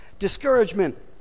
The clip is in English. Discouragement